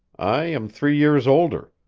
i am three years older.